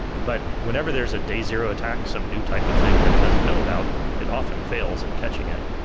but whenever there's a day zero attack, some new type of thing that it doesn't know about, it often fails at catching it.